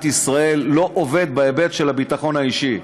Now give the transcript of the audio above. ישראל לא עובד בהיבט של הביטחון האישי.